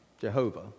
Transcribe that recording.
Jehovah